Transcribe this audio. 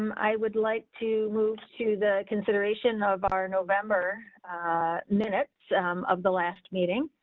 um i would like to move to the consideration of our november minutes of the last meeting.